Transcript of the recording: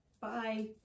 Bye